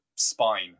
Spine